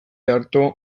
arto